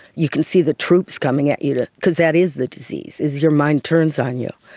you can see the troops coming at you to, because that is the disease, is your mind turns on you.